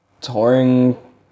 Touring